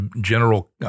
general—